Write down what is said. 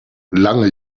lange